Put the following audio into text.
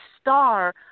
star